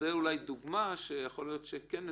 זו יכולה להיות דוגמה שיכול להיות שהיא כן מצמצמת.